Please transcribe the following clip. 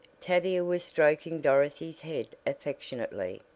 tavia was stroking dorothy's head affectionately.